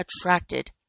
attracted